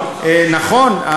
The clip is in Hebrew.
נכון,